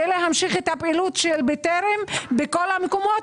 בשביל להמשיך את הפעילות של בטרם בכל המקומות,